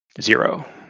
Zero